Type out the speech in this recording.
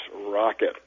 rocket